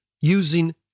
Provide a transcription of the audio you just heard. using